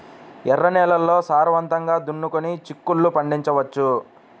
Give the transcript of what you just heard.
ఎర్ర నేలల్లో సారవంతంగా దున్నుకొని చిక్కుళ్ళు పండించవచ్చు